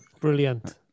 Brilliant